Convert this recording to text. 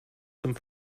zum